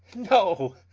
no,